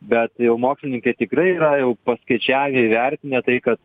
bet jau mokslininkai tikrai yra jau paskaičiavę ir įvertinę tai kad